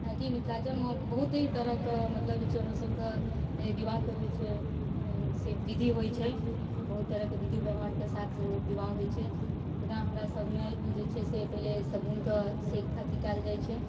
जेनाकि मिथिलाञ्चलमे बहुत ही तरहके मतलब जे छै हमर सबके बिवाहके जे छै से विधि होइ छै बहुत तरहके विधि व्यवहारके साथ बिवाह होइ छै जेना हमरा सबमे जे छै से पहिले शगुनके से अथी कयल जाइ छै